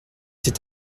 fait